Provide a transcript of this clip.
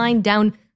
down